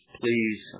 please